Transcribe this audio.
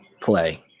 play